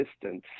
distance